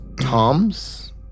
toms